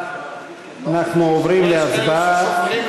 (אומר משפט בשפה הערבית, להלן